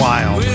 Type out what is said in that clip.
Wild